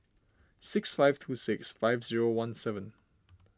six five two six five zero one seven